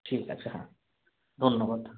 ঠিক আছে হ্যাঁ ধন্যবাদ